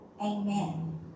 Amen